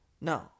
No